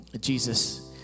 Jesus